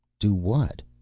do what?